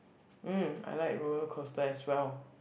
mm I like roller coaster as well